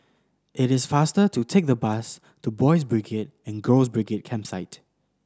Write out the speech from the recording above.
it is faster to take the bus to Boys' Brigade and Girls' Brigade Campsite